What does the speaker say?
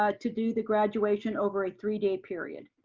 ah to do the graduation over a three day period.